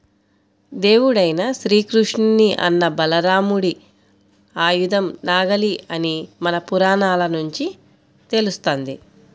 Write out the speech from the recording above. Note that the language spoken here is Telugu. దేవుడైన శ్రీకృష్ణుని అన్న బలరాముడి ఆయుధం నాగలి అని మన పురాణాల నుంచి తెలుస్తంది